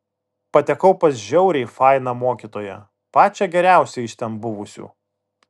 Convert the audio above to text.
patekau pas žiauriai fainą mokytoją pačią geriausią iš ten buvusių